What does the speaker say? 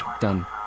Done